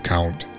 Count